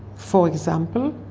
for example,